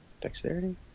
Dexterity